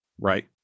Right